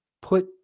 put